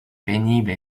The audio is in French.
pénible